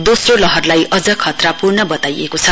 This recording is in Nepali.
दोस्रो लहरलाई अझ खतरापूर्ण बताइएको छ